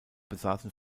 besaßen